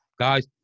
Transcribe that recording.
guys